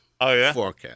forecast